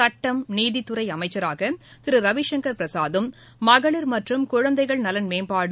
சட்டம் நீதித்துறை அமைச்சராக திரு ரவிசங்கள் பிரசாத்தும் மகளிட் மற்றும் குழந்தைகள் நலன் மேம்பாடு